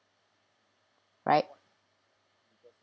right